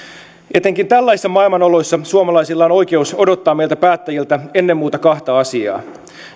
etenkin tällaisissa maailmanoloissa suomalaisilla on oikeus odottaa meiltä päättäjiltä ennen muuta kahta asiaa